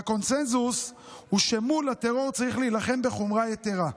והקונסנזוס הוא שמול הטרור צריך להילחם בחומרה יתרה,